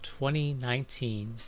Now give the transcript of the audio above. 2019